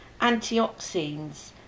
antioxidants